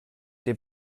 der